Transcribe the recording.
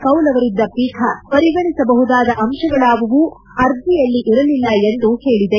ಕೌಲ್ ಅವರಿದ್ದ ಪೀಠ ಪರಿಗಣಿಸಬಹುದಾದ ಅಂಶಗಳಾವುವೂ ಅರ್ಜಿಯಲ್ಲಿರಲಿಲ್ಲ ಎಂದು ಹೇಳಿದೆ